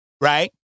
Right